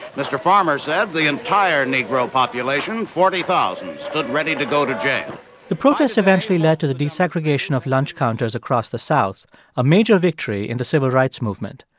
mr. farmer said the entire negro population forty thousand stood ready to go to jail the protests eventually led to the desegregation of lunch counters across the south a major victory in the civil rights movement.